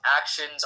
actions